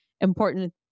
important